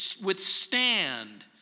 withstand